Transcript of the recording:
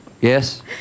Yes